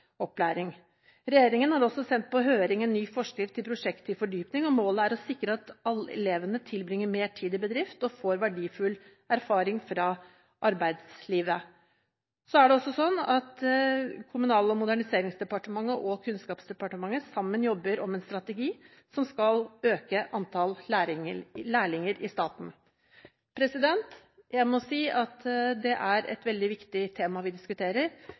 Regjeringen har også sendt på høring en ny forskrift til prosjekt til fordypning, og målet er å sikre at elevene tilbringer mer tid i bedrift og får verdifull erfaring fra arbeidslivet. Så er det også slik at Kommunal- og moderniseringsdepartementet og Kunnskapsdepartementet sammen jobber om en strategi som skal øke antall lærlinger i staten. Jeg må si at det er et veldig viktig tema vi diskuterer.